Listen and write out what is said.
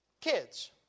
Kids